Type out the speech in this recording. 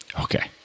Okay